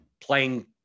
playing